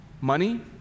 money